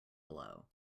blow